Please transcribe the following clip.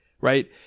right